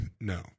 no